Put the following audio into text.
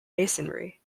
masonry